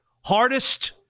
Hardest